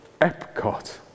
Epcot